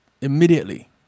immediately